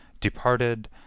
departed